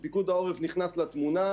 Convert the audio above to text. כשפיקוד העורף נכנס לתמונה,